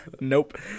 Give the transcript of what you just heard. Nope